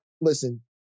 listen